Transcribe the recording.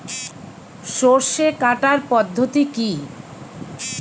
সরষে কাটার পদ্ধতি কি?